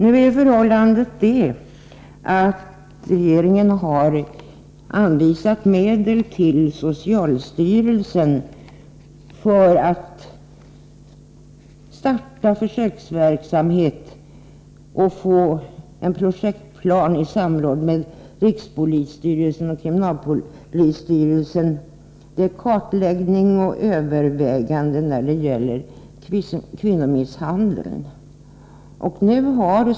Nu är förhållandet det, att regeringen har anvisat medel till socialstyrelsen för att starta en försöksverksamhet och få till stånd en projektplan i samråd med rikspolisstyrelsen och kriminalvårdsstyrelsen för kartläggning och övervä ganden när det gäller kvinnomisshandel.